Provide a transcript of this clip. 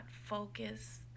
focus